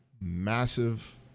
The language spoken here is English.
massive